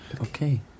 Okay